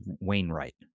Wainwright